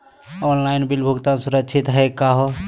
Online bill भुगतान सुरक्षित हई का हो?